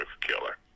Killer